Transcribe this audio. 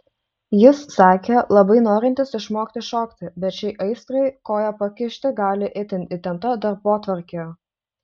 jis sakė labai norintis išmokti šokti bet šiai aistrai koją pakišti gali itin įtempta darbotvarkė